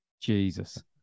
Jesus